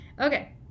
Okay